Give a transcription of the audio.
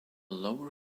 lower